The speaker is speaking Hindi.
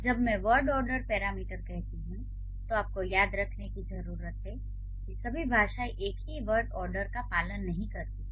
जब मैं वर्ड ऑर्डर पैरामीटर कहता हूं तो आपको याद रखने की जरूरत है कि सभी भाषाएं एक ही वर्ड ऑर्डर का पालन नहीं करती हैं